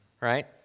right